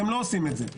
אתם לא עושים את זה.